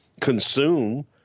consume